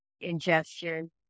ingestion